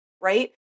right